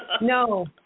No